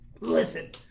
Listen